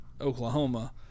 oklahoma